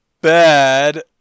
bad